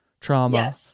trauma